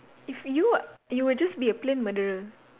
if you were you will just be a plain murderer